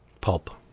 Pulp